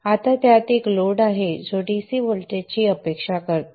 आता त्यात एक लोड आहे जो DC व्होल्टेजची एक्सपक्ट करतो